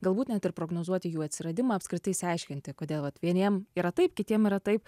galbūt net ir prognozuoti jų atsiradimą apskritai išsiaiškinti kodėl vat vieniem yra taip kitiem yra taip